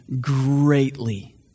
greatly